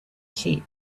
check